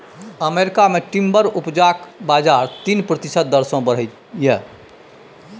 America मे timber उपजाक बजार तीन प्रतिशत दर सँ बढ़लै यै